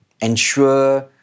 ensure